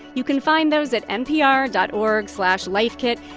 you can find those at npr dot org slash lifekit,